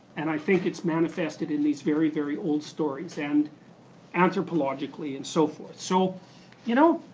and i think it's manifested in these very, very old stories and anthropologically and so forth. so you know,